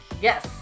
Yes